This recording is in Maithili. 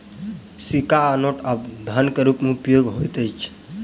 सिक्का आ नोट आब धन के रूप में उपयोग होइत अछि